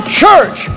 church